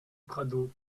prado